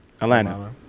Atlanta